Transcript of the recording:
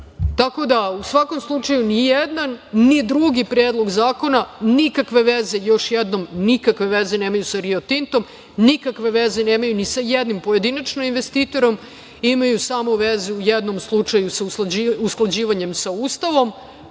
da, u svakom slučaju ni jedan, ni drugi predlog zakona nikakve veze, još jednom, nikakve veze nemaju sa „Rio Tintom“, nikakve veze nemaju ni sa jednim pojedinačno investitorom. Imaju samo veze u jednom slučaju, odnosno usklađivanjem sa Ustavom